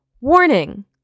Warning